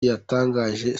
yatangije